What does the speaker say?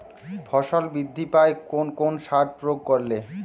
ফসল বৃদ্ধি পায় কোন কোন সার প্রয়োগ করলে?